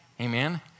Amen